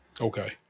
okay